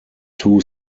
two